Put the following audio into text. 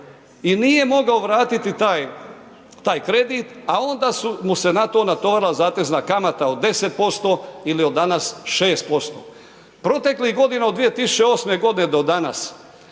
i nije mogao vratiti taj kredit, a onda su mu se na to natovarila zatezna kamata od 10% ili od danas 6%. Proteklih godina od 2008.g. do danas